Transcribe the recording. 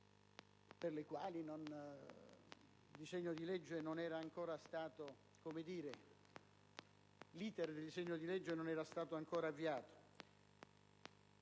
per le quali l'*iter* del disegno di legge non era stato ancora avviato.